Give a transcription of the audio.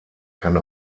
kann